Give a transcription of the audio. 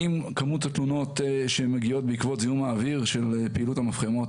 האם כמות התלונות שמגיעות בעקבות זיהום האוויר של פעילות המפחמות,